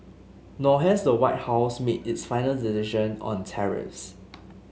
nor has the White House made its final decision on tariffs